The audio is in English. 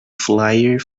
flyer